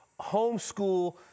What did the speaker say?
homeschool